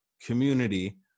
community